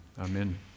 amen